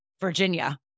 Virginia